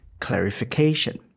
clarification